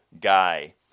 guy